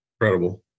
incredible